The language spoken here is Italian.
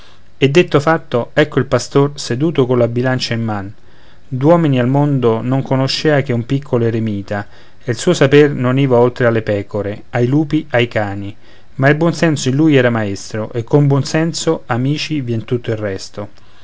e detto fatto ecco il pastor seduto colla bilancia in man d'uomini al mondo non conoscea che un piccolo eremita e il suo saper non iva oltre alle pecore ai lupi ai cani ma il buon senso in lui era maestro e col buon senso amici vien tutto il resto